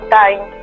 time